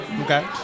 Okay